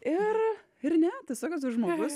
ir ir ne tiesiog esu žmogus